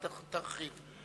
ותרחיב.